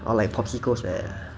orh like popsicles like that